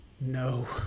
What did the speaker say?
no